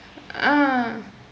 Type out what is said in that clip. ah